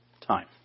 time